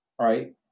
right